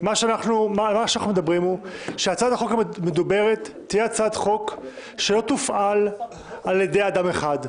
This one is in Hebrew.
על כך שהצעת החוק המדוברת תהיה הצעת חוק שלא תופעל על-ידי אדם אחד.